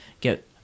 get